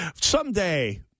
Someday